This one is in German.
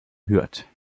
hürth